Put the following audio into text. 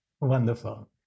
Wonderful